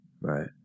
right